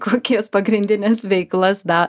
kokias pagrindines veiklas dar